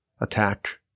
attack